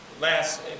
Last